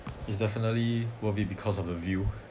it's definitely worth it because of the view